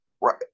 Right